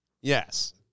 Yes